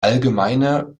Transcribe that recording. allgemeine